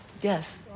Yes